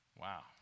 Wow